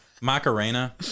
Macarena